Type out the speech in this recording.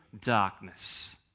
darkness